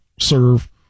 serve